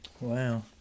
Wow